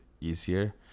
easier